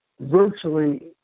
virtually